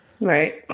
Right